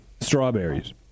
strawberries